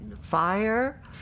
fire